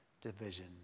division